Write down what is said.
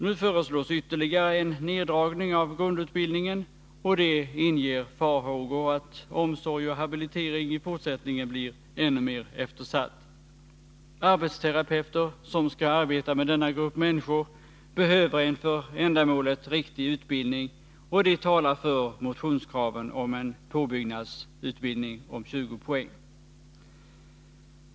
Nu föreslås ytterligare neddragning av grundutbildningen, och det inger farhågor om att omsorg och habilitering i fortsättningen blir ännu mer eftersatt. Arbetsterapeuter som skall arbeta med denna grupp människor behöver en för ändamålet riktig utbildning, och det talar för motionskraven om en påbyggnadsutbildning om 20 poäng.